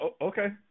Okay